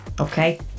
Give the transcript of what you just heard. okay